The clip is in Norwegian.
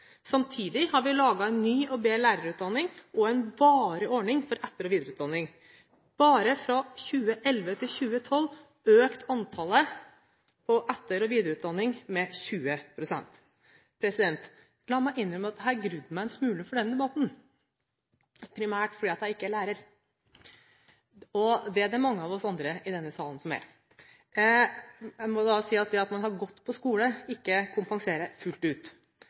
Samtidig har vi laget en ny og bedre lærerutdanning og en varig ordning for etter- og videreutdanning. Bare fra 2011 til 2012 økte antallet på etter- og videreutdanning med 20 pst. La meg innrømme at jeg har grudd meg en smule for denne debatten. Primært fordi jeg ikke er lærer, og det er det mange andre i denne salen som er. Jeg må si at det at man har gått på skole, ikke kompenserer fullt ut.